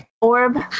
orb